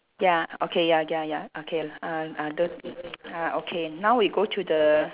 ya okay ya ya ya okay uh uh the ah okay now we go to the